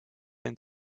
end